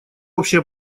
общее